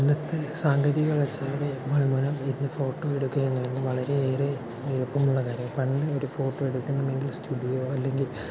ഇന്നത്തെ സാങ്കേതിക വളർച്ചയുടെ ഫലം മൂലം ഇന്ന് ഫോട്ടോ എടുക്കുന്നത് വളരെ ഏറെ എളുപ്പം ഉള്ള കാര്യം ആണ് പണ്ട് ഒരു ഫോട്ടോ എടുക്കണമെങ്കിൽ സ്റ്റുഡിയോ അല്ലെങ്കിൽ